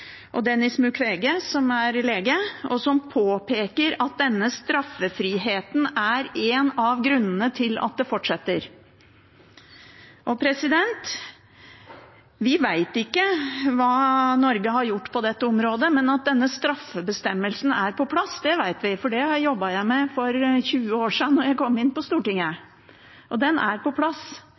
offer, og Denis Mukwege, som er lege, og som påpeker at denne straffriheten er en av grunnene til at det fortsetter. Vi vet ikke hva Norge har gjort på dette området, men at denne straffebestemmelsen er på plass, vet vi, for det jobbet jeg med for 20 år siden, da jeg kom inn på Stortinget. Den er på plass,